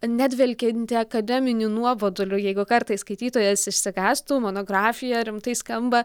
nedvelkianti akademiniu nuoboduliu jeigu kartais skaitytojas išsigąstų monografija rimtai skamba